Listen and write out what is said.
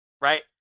right